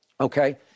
Okay